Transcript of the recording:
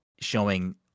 showing